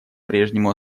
прежнему